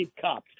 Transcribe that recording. cops